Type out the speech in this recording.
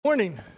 Morning